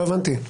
לא הבנתי.